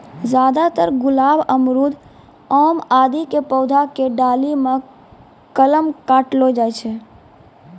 ज्यादातर गुलाब, अमरूद, आम आदि के पौधा के डाली मॅ कलम काटलो जाय छै